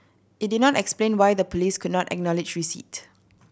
it did not explain why the police could not acknowledge receipt